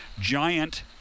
giant